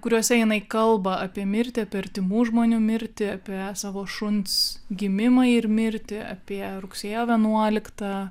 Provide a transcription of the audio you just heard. kuriuose jinai kalba apie mirtį apie artimų žmonių mirtį apie savo šuns gimimą ir mirtį apie rugsėjo vienuoliktą